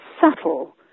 subtle